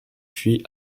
puis